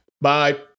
Bye